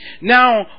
Now